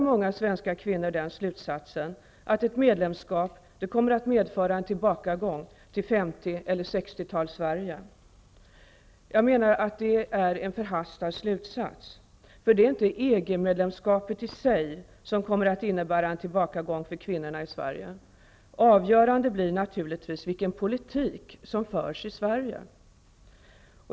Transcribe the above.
Många svenska kvinnor drar då den slutsatsen att ett medlemskap kommer att medföra en tillbakagång till 50 eller 60-tals-Sverige. Jag menar att det är en förhastad slutsats. Det är inte EG medlemskapet i sig som kommer att innebära en tillbakagång för kvinnorna i Sverige. Avgörande blir naturligtvis vilken politik som förs i Sverige.